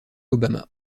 obama